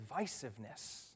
divisiveness